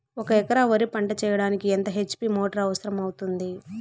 ఒక ఎకరా వరి పంట చెయ్యడానికి ఎంత హెచ్.పి మోటారు అవసరం అవుతుంది?